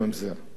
ברוך השם,